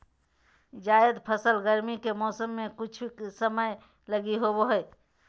जायद फसल गरमी के मौसम मे कुछ समय लगी ही होवो हय